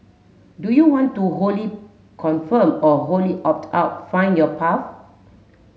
do you want to wholly conform or wholly opt out find your path